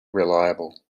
reliable